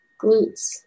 glutes